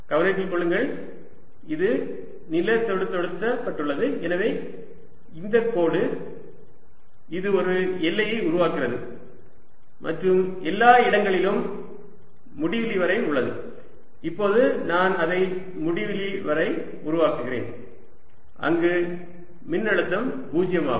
கவனத்தில் கொள்ளுங்கள் இது நிலத்தொடுதொடுத்த பட்டுள்ளது எனவே இந்த கோடு இது ஒரு எல்லையை உருவாக்குகிறது மற்றும் எல்லா இடங்களிலும் முடிவிலி வரை உள்ளது இப்போது நான் அதை முடிவிலி வரை உருவாக்குகிறேன் அங்கு மின்னழுத்தம் 0 ஆகும்